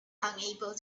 unable